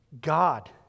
God